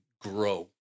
grow